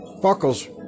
Buckles